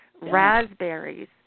raspberries